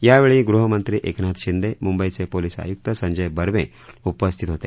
यावेळी गृहमंत्री एकनाथ शिंदे मुंबईचे पोलिस आयुक्त संजय बर्वे उपस्थित होते